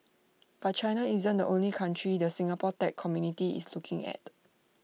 but China isn't only country the Singapore tech community is looking at